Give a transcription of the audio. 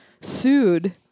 sued